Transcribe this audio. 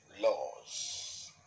laws